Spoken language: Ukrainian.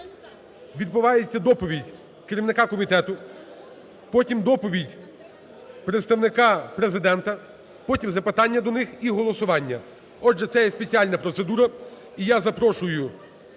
відбувається доповідь керівника комітету, потім – доповідь представника Президента, потім - запитання до них і голосування. Отже, це є спеціальна процедура, і я запрошую